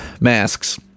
masks